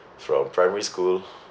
from primary school